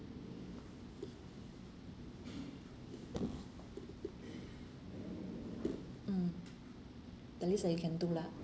mm at least like you can do lah